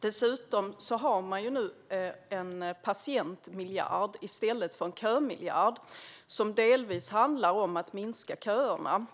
Dessutom har man nu en patientmiljard, i stället för en kömiljard, delvis för att minska köerna.